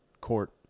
court